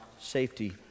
safety